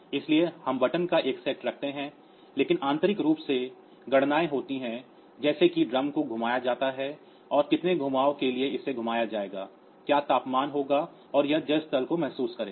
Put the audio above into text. इसलिए हम बटन का एक सेट देखते हैं लेकिन आंतरिक रूप से गणनाएं होती हैं जैसे कि ड्रम को घुमाया जाता है कि कितने घुमाव के लिए इसे घुमाया जाएगा क्या तापमान होगा और यह जल स्तर को महसूस करेगा